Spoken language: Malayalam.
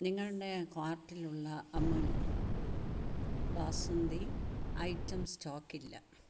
നിങ്ങളുടെ കാർട്ടിലുള്ള അമുൽ ബാസുന്ദി ഐറ്റം സ്റ്റോക്ക് ഇല്ല